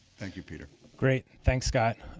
thank you, poo ert. great. thanks, scott.